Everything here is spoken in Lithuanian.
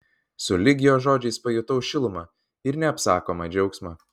sulig jo žodžiais pajutau šilumą ir neapsakomą džiaugsmą